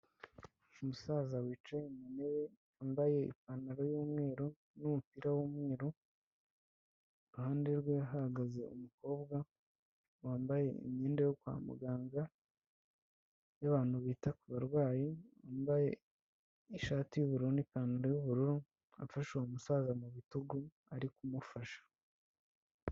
Umusaza wicaye mu ntebe, wambaye ipantaro y'umweru n'umupira w'umweru, iruhande rwe hahagaze umukobwa wambaye imyenda yo kwa muganga y'abantu bita ku barwayi, wambaye ishati y'ubururu n'ipantaro y'ubururu, afashe uwo musaza mu bitugu ari kumufasha.